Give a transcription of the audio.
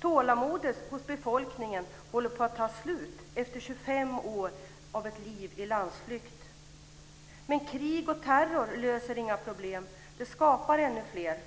Tålamodet hos befolkningen håller på att ta slut efter 25 år av ett liv i landsflykt. Men krig och terror löser inga problem; det skapar ännu fler.